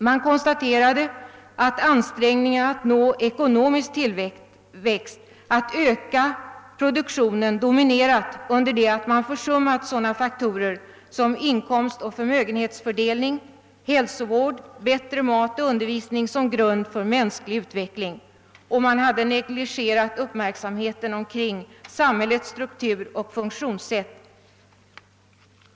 Man konstaterade att ansträngningarna att nå ekonomisk tillväxt och att öka produktionen dominerat, under det att man försummat sådana faktorer som inkomstoch förmögenhetsfördelning, hälsovård, bättre mat och undervisning såsom grund för mänsklig utveckling, och man hade inte heller uppmärksammat samhällets struktur och funktionssätt.